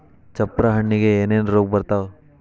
ಚಪ್ರ ಹಣ್ಣಿಗೆ ಏನೇನ್ ರೋಗ ಬರ್ತಾವ?